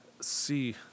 see